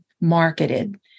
marketed